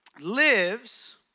lives